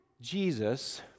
Jesus